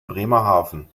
bremerhaven